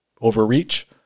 overreach